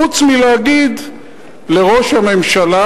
חוץ מלהגיד לראש הממשלה: